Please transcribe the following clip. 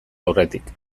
aurretik